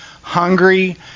hungry